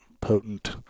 potent